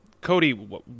Cody